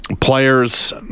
Players